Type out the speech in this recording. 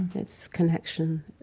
it's connection,